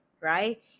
right